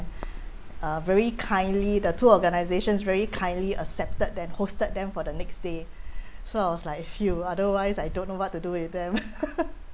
uh very kindly the two organisations very kindly accepted then hosted them for the next day so I was like phew otherwise I don't know what to do with them